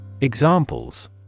Examples